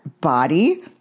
body